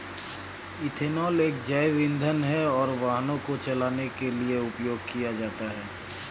ethanol एक जैव ईंधन है और वाहनों को चलाने के लिए उपयोग किया जाता है